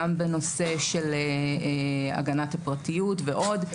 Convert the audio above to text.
גם הנושא של הגנת הפרטיות ועוד,